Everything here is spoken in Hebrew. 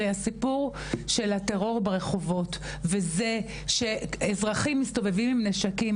הסיפור של הטרור ברחובות וזה שאזרחים מסתובבים עם נשקים,